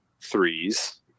threes